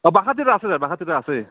অঁ বাহক তিতা আছে বাহক তিতা আছে